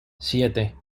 siete